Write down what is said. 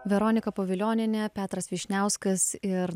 veronika povilionienė petras vyšniauskas ir